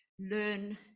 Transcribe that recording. learn